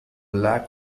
lack